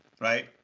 Right